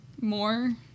more